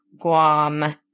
Guam